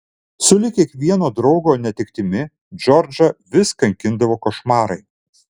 sulig kiekvieno draugo netektimi džordžą vis kankindavo košmarai